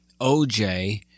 OJ